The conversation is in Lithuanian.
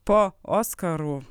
po oskarų